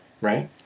right